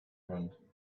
friend